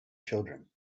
children